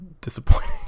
disappointing